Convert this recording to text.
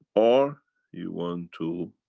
or you want to